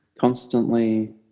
constantly